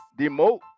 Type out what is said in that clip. demote